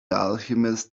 alchemist